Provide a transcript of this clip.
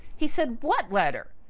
he said, what letter?